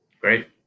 Great